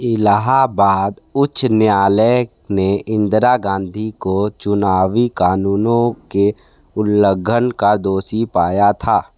इलाहाबाद उच्च न्यायालय ने इंदिरा गांधी को चुनावी कानूनों के उल्लंघन का दोषी पाया था